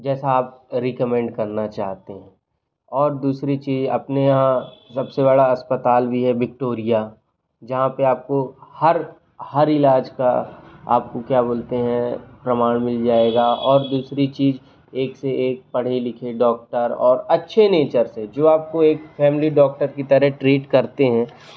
जैसा आप रिकमेंड करना चाहते हैं और दूसरी चीज़ अपने यहाँ सब से बड़ा अस्पताल भी है विक्टोरिया जहाँ पर आपको हर हर इलाज का आपको क्या बोलते हैं प्रमाण मिल जाएगा और दूसरी चीज़ एक से एक पढ़े लिखे डॉक्टर और अच्छे नेचर से जो आपको एक फैमिली डॉक्टर की तरह ट्रीट करते हैं